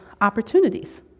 opportunities